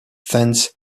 thence